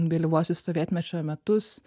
vėlyvuosius sovietmečio metus